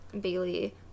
bailey